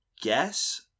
guess